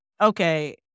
okay